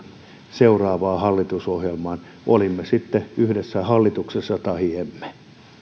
seuraavaan hallitusohjelmaan olimme sitten yhdessä hallituksessa tahi emme